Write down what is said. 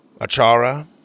Achara